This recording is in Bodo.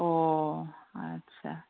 अह आदसा